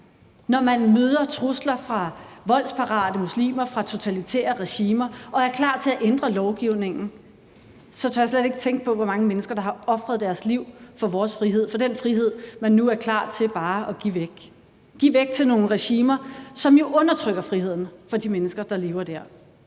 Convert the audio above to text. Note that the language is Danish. når man møder trusler fra voldsparate muslimer fra totalitære regimer og er klar til at ændre lovgivningen, så tør jeg slet ikke tænke på, hvor mange mennesker der har ofret deres liv for vores frihed, for den frihed, som man nu bare er klar til at give væk til nogle regimer, som jo undertrykker friheden for de mennesker, der lever der.